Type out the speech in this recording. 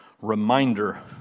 reminder